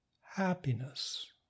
happiness